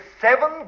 seven